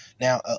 Now